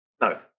No